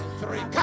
three